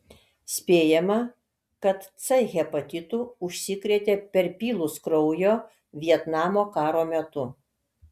spėjama kad c hepatitu užsikrėtė perpylus kraujo vietnamo karo metu